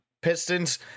Pistons